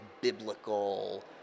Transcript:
biblical